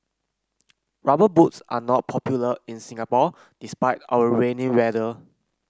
rubber boots are not popular in Singapore despite our rainy weather